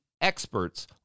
experts